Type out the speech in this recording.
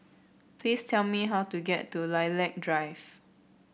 please tell me how to get to Lilac Drive